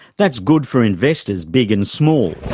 that's good for investors big and small.